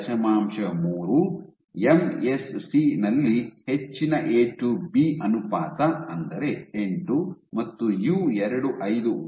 3 M S C ನಲ್ಲಿ ಹೆಚ್ಚಿನ A to B ಅನುಪಾತ ಅಂದರೆ 8 ಮತ್ತು ಯು 251 0